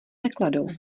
nekladou